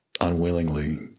unwillingly